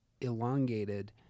elongated